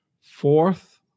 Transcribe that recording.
fourth